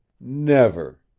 never!